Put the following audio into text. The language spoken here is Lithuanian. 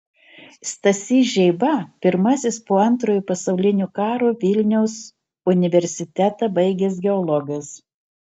stasys žeiba pirmasis po antrojo pasaulinio karo vilniaus universitetą baigęs geologas